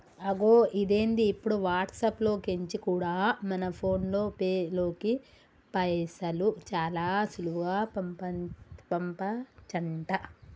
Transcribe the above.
అగొ ఇదేంది ఇప్పుడు వాట్సాప్ లో కెంచి కూడా మన ఫోన్ పేలోకి పైసలు చాలా సులువుగా పంపచంట